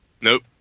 Nope